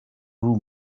room